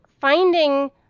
finding